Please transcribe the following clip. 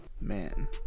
Man